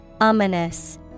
Ominous